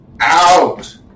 out